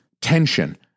tension